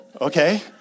okay